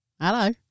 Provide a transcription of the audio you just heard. Hello